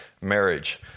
marriage